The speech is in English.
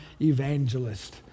evangelist